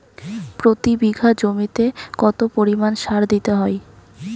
প্রতি বিঘা জমিতে কত পরিমাণ সার দিতে হয়?